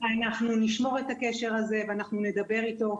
אנחנו נשמור את הקשר הזה ואנחנו נדבר איתו,